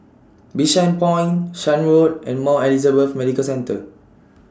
Bishan Point Shan Road and Mount Elizabeth Medical Centre